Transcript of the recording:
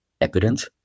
evident